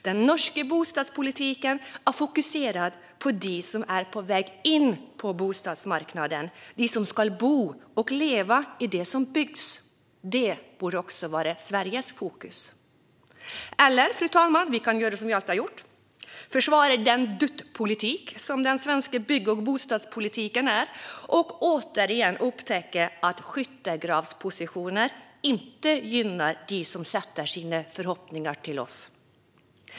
Den norska bostadspolitiken fokuserar på dem som är på väg in på bostadsmarknaden, de som ska bo och leva i det som byggs. Det borde också vara Sveriges fokus. Eller, fru talman, så kan vi göra som vi alltid har gjort och försvara den duttpolitik som den svenska bygg och bostadspolitiken är och återigen upptäcka att skyttegravspositioner inte gynnar dem som sätter sina förhoppningar till oss.